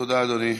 תודה, אדוני.